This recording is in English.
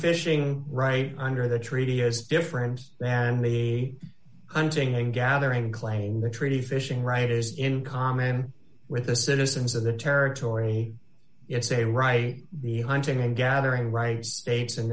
fishing right under the treaty is different than the hunting and gathering claim the treaty fishing right is in common with the citizens of the territory it's a right the hunting and gathering rights states and